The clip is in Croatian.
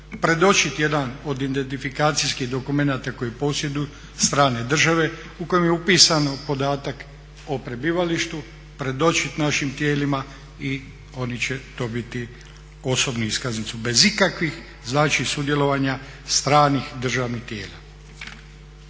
predočit jedan od identifikacijskih dokumenata koji posjeduju strane države u kojem je upisan podatak o prebivalištu, predočit našim tijelima i oni će dobiti osobnu iskaznicu bez ikakvih znači sudjelovanja stranih državnih tijela.